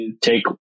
take